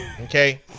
Okay